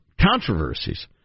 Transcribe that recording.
controversies